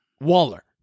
Waller